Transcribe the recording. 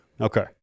Okay